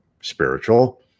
spiritual